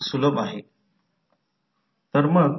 हे प्रत्यक्षात mutual inductance आहे